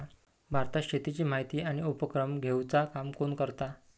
भारतात शेतीची माहिती आणि उपक्रम घेवचा काम कोण करता?